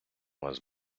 вас